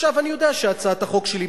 אני יודע שהצעת החוק שלי,